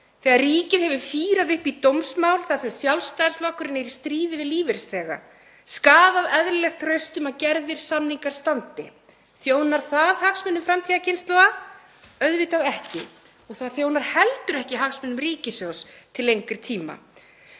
Þegar ríkið hefur fýrað upp í dómsmál þar sem Sjálfstæðisflokkurinn er í stríði við lífeyrisþega, skaðað eðlilegt traust um að gerðir samningar standi? Þjónar það hagsmunum framtíðarkynslóða? Auðvitað ekki. Og það þjónar heldur ekki hagsmunum ríkissjóðs til lengri tíma.